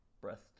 breath